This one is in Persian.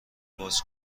باز